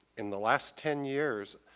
in the last ten years,